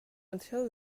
until